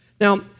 Now